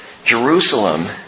Jerusalem